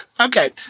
okay